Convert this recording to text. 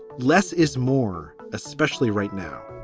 less is more, especially right now